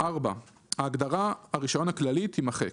ההגדרה "הרישיון הכללי" תימחק,